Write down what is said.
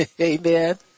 Amen